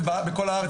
זה כך בכל הארץ.